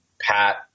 pat